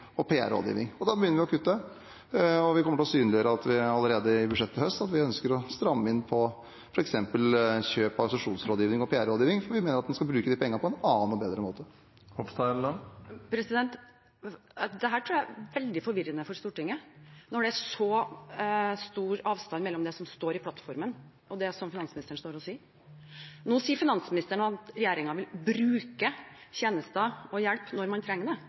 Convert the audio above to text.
og PR-rådgivning. Da begynner vi å kutte, og vi kommer allerede i budsjettet i høst til å synliggjøre at vi ønsker å stramme inn på f.eks. kjøp av organisasjonsrådgivning og PR-rådgivning, for vi mener at en skal bruke de pengene på en annen og bedre måte. Jeg tror det er veldig forvirrende for Stortinget når det er så stor avstand mellom det som står i plattformen, og det som finansministeren står og sier her. Nå sier finansministeren at regjeringen vil bruke tjenester og hjelp når man trenger det, og leie inn når det er behov for det. Og i plattformen står det